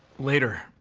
later,